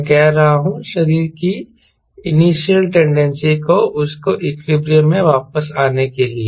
मैं कह रहा हूं शरीर की इनिशियल टेंडेंसी को उसके इक्विलिब्रियम में वापस आने के लिए